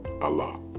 Allah